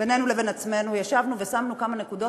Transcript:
בינינו לבין עצמנו ישבנו ושמנו כמה נקודות